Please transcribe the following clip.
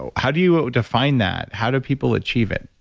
ah how do you define that? how do people achieve it?